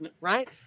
right